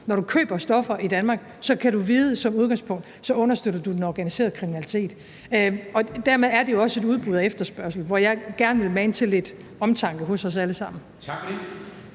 Når du køber stoffer i Danmark, kan du som udgangspunkt vide, at så understøtter du den organiserede kriminalitet. Dermed er det jo også udbud og efterspørgsel, hvor jeg gerne vil mane til lidt omtanke hos os alle sammen. Kl.